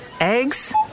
eggs